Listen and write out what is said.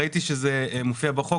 ראיתי שזה מופיע בחוק,